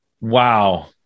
Wow